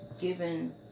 given